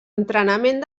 entrenament